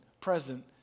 present